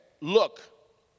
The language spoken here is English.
Look